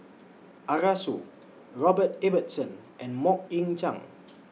Arasu Robert Ibbetson and Mok Ying Jang